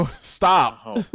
stop